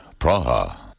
Praha